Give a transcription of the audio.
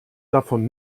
davon